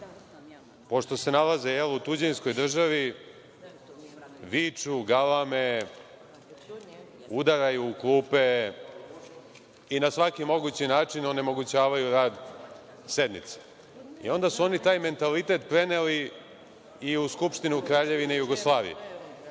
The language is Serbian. pošto se nalaze u tuđinskoj državi, viču, galame, udaraju u klupe i na svaki mogući način da onemogućavaju rad sednice. Onda su taj mentalitet preneli i u Skupštinu Kraljevine Jugoslavije,